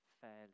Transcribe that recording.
fairly